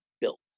built